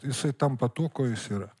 jisai tampa tuo kuo jis yra